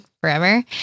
forever